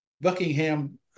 Buckingham